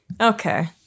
Okay